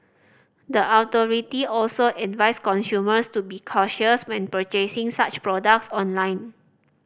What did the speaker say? the authority also advised consumers to be cautious when purchasing such products online